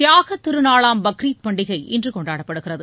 தியாக திருநாளாம் பக்ரீத் பண்டிகை இன்று கொண்டாடப்படுகிறது